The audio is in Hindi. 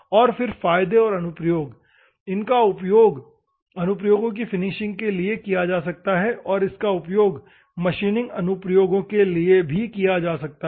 और फिर फायदे और अनुप्रयोग इनका उपयोग अनुप्रयोगों की फिनिशिंग के लिए किया जा सकता है और इसका उपयोग मशीनिंग अनुप्रयोगों के लिए भी किया जा सकता है